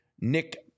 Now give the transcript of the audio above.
Nick